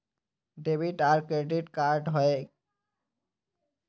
Debit आर credit card की होय?